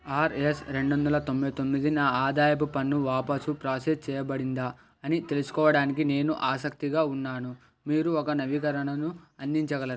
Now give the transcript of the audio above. RS రెండొందల తొంబై తొమ్మిది నా ఆదాయపు పన్ను వాపాసు ప్రాసెస్ చెయ్యబడిందా అని తెలుసుకోవడానికి నేను ఆసక్తిగా ఉన్నాను మీరు ఒక నవీకరణను అందించగలరా